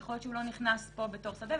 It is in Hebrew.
יכול להיות שהוא לא נכנס פה בתור שדה,